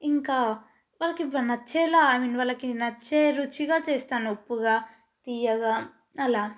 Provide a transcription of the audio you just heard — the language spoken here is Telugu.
ఇంకా వాళ్ళకి నచ్చేలా నేను వాళ్ళకి నచ్చే రుచిగా చేస్తాను ఉప్పుగా తీయగా అలా